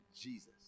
Jesus